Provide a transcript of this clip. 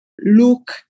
look